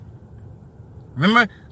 remember